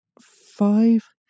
five